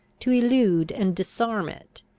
to elude and disarm it.